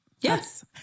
Yes